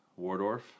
Wardorf